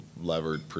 levered